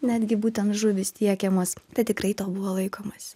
netgi būtent žuvys tiekiamos tad tikrai to buvo laikomasi